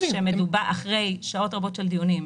אחרי שעות רבות של דיונים,